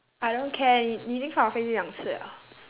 I don't care 你你已经两次了